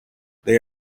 they